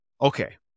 Okay